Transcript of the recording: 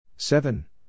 Seven